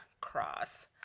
cross